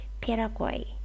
Paraguay